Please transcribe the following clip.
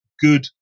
good